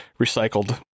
recycled